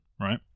right